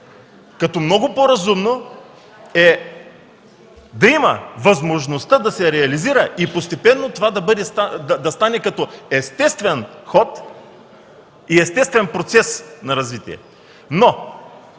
сега. Много по-разумно е да има възможността да се реализира и постепенно това да стане като естествен ход и естествен процес на развитие.